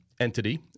entity